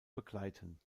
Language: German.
begleiten